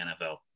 NFL